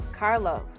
Carlos